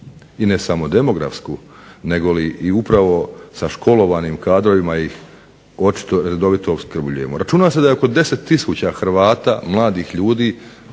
i ne samo demografsku negoli upravo sa školovanim kadrovima očito ih redovito opskrbljujemo. Računa se da je oko 10 tisuća Hrvata svake godine